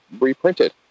reprinted